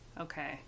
Okay